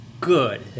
good